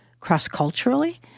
cross-culturally